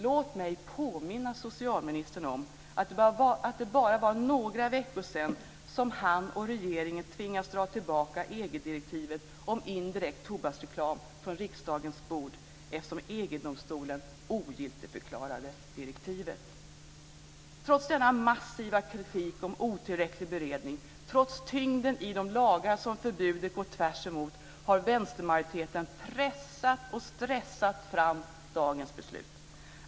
Låt mig påminna socialministern om att det bara var några veckor sedan som han och regeringen tvingades dra tillbaka Trots denna massiva kritik om otillräcklig beredning, trots tyngden i de lagar som förbudet går tvärs emot har vänstermajoriteten pressat och stressat fram dagens beslut.